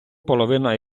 половина